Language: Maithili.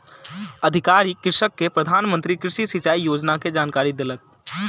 अधिकारी कृषक के प्रधान मंत्री कृषि सिचाई योजना के जानकारी देलक